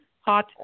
hot